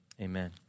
Amen